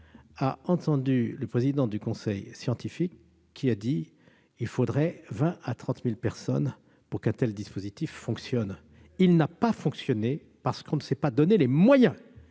a entendu le président du conseil scientifique indiquer qu'il faudrait 20 000 à 30 000 personnes pour qu'un tel dispositif fonctionne. Celui-ci n'a pas fonctionné, parce qu'on ne s'est pas donné les moyens